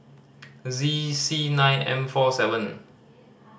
Z C nine M four seven